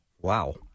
Wow